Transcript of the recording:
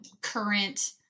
current